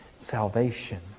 salvation